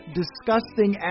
disgusting